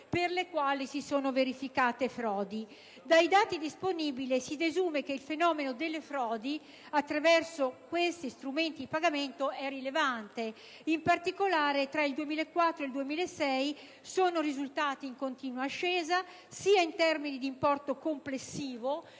per le quali si sono verificate frodi. Dai dati disponibili si desume che il fenomeno delle frodi attraverso questi strumenti di pagamento è rilevante: in particolare, tra il 2004 e il 2006 esse sono risultate in costante ascesa, sia in termini di importo complessivo